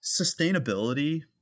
sustainability